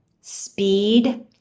speed